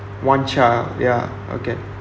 one child ya okay